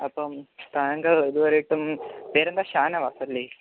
അപ്പം താങ്കൾ ഇതുവരെയായിട്ടും പേര് എന്താണ് ഷാനവാസ് അല്ലേ